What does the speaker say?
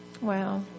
Wow